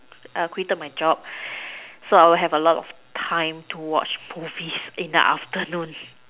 err quitted my job so I will have a lot of time to watch movies in the afternoon